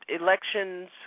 elections